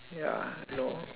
ya no